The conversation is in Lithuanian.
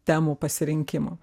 temų pasirinkimo